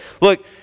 Look